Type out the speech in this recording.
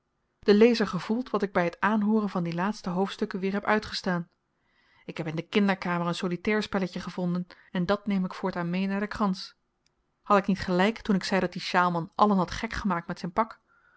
de lezer gevoelt wat ik by t aanhooren van die laatste hoofdstukken weer heb uitgestaan ik heb in de kinderkamer een solitairspelletje gevonden en dàt neem ik voortaan mee naar den krans had ik niet gelyk toen ik zei dat die sjaalman allen had gek gemaakt met zyn pak